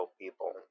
people